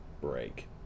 break